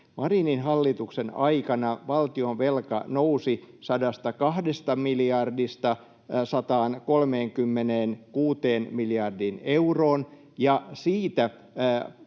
Marinin hallituksen aikana valtionvelka nousi 102 miljardista 136 miljardiin euroon